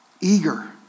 eager